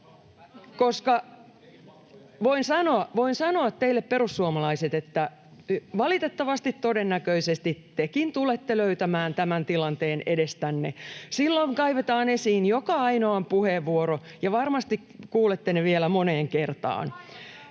Voin sanoa teille, perussuomalaiset, että valitettavasti todennäköisesti tekin tulette löytämään tämän tilanteen edestänne. [Leena Meri: Niin, kun te ette korjaa sitä!] Silloin kaivetaan esiin joka ainoan puheenvuoro, ja varmasti kuulette ne vielä moneen kertaan.